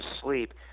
sleep